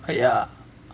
but ya